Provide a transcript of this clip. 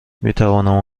میتوانم